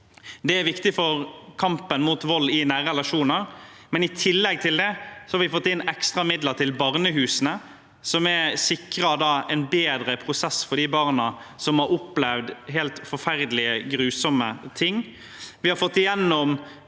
Det er viktig for kampen mot vold i nære relasjoner. I tillegg til det har vi fått inn ekstra midler til barnehusene, som sikrer en bedre prosess for de barna som har opplevd helt forferdelige, grusomme ting.